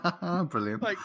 Brilliant